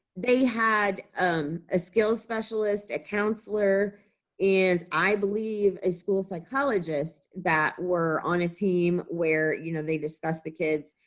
they had a skill specialist, a counselor and i believe a school psychologist, that were on a team, where you know they discuss the kids,